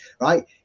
right